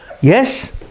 Yes